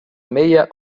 meia